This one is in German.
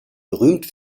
berühmt